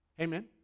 Amen